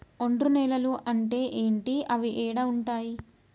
ఒండ్రు నేలలు అంటే ఏంటి? అవి ఏడ ఉంటాయి?